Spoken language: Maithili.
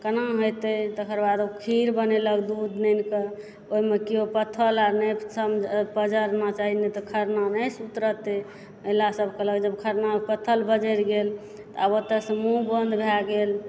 केनामे हेतै तकर बाद ओ खीर बनेलक दूध नानि कऽ ओहिमे केओ पत्थल आर नहि समझ पजरना चाही नहि तऽ खरना नहि सुतरतै अहिला सभ कहलक जब खरनामे पत्थल बजरि गेल आब ओतऽसँ मुँह बन्द भए गेल